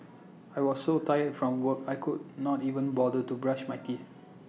I was so tired from work I could not even bother to brush my teeth